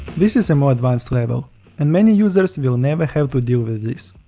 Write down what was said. this is a more advanced level and many users will never have to deal with this.